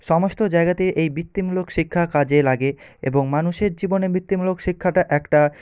সমস্ত জায়গাতেই এই বৃত্তিমূলক শিক্ষা কাজে লাগে এবং মানুষের জীবনে বৃত্তিমূলক শিক্ষাটা একটা